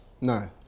No